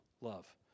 love